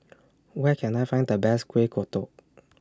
Where Can I Find The Best Kueh Kodok